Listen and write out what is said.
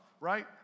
Right